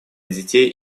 детей